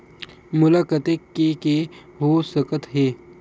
मोला कतेक के के हो सकत हे?